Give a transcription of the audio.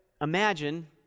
imagine